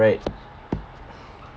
ya right